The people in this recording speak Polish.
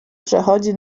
przechodzi